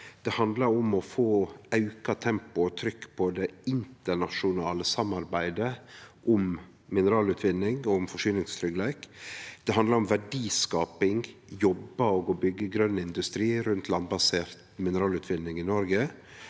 Det handlar om å få auka tempo og trykk på det internasjonale samarbeidet om mineralutvinning og forsyningstryggleik. Det handlar om verdiskaping, jobbar og å byggje grøn industri rundt landbasert mineralutvinning i Noreg.